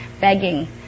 begging